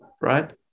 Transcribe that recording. right